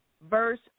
verse